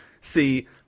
See